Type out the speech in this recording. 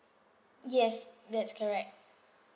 yes that's correct